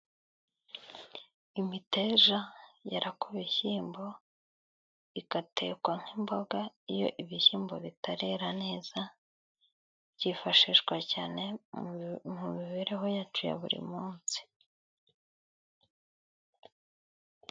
Imiteja yera ku bishyimbo igatekwa nk'imboga. Iyo ibishyimbo bitarera neza, byifashishwa cyane mu mibereho yacu ya buri munsi.